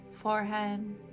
forehead